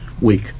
week